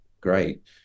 great